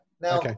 Now